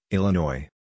Illinois